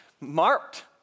marked